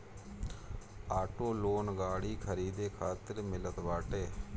auto loan गाड़ी खरीदे खातिर मिलत बाटे